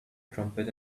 trumpet